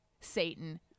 Satan